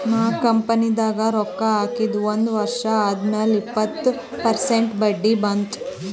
ನಾ ಕಂಪನಿದಾಗ್ ರೊಕ್ಕಾ ಹಾಕಿದ ಒಂದ್ ವರ್ಷ ಆದ್ಮ್ಯಾಲ ಇಪ್ಪತ್ತ ಪರ್ಸೆಂಟ್ ಬಡ್ಡಿ ಬಂತ್